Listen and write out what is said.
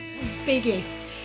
biggest